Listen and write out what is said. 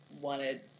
wanted